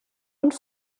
und